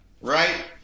right